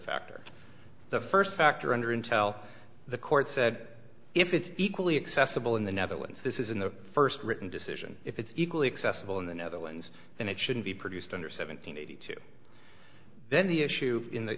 factor the first factor under intel the court said if it's equally accessible in the netherlands this isn't the first written decision if it's equally accessible in the netherlands then it should be produced under seventeen eighty two then the issue in the